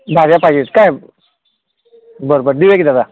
भाज्या पाहिजेत काय बरं बरं देऊया की दादा